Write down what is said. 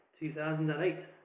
2008